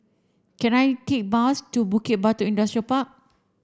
can I take a bus to Bukit Batok Industrial Park